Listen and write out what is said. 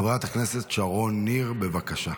חברת הכנסת שרון ניר, בבקשה.